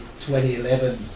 2011